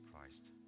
Christ